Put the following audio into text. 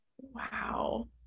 Wow